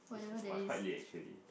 it was quite late actually